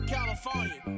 California